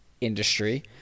industry